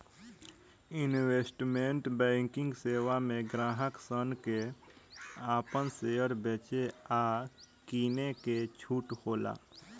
investment banking सेवा में ग्राहक सन के आपन शेयर बेचे आ किने के छूट होला